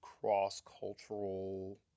Cross-cultural